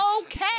okay